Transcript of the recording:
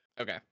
Okay